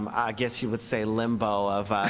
um i guess you would say limbo of